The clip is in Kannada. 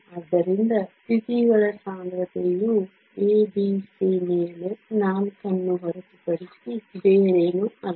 ಆದ್ದರಿಂದ ಸ್ಥಿತಿಗಳ ಸಾಂದ್ರತೆಯು ಎ ಬಿ ಸಿ ಮೇಲೆ 4 ಅನ್ನು ಹೊರತುಪಡಿಸಿ ಬೇರೇನೂ ಅಲ್ಲ